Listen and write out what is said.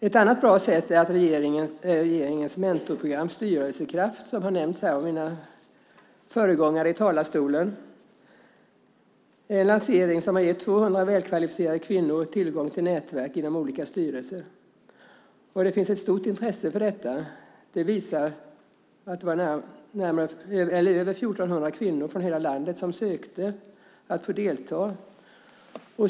Ett annat bra sätt är regeringens mentorprogram Styrelsekraft, som har nämnts här av tidigare talare. Det är en lansering som har gett 200 välkvalificerade kvinnor tillgång till nätverk inom olika styrelser. Det finns ett stort intresse för detta, och över 1 400 kvinnor från hela landet sökte om att få delta.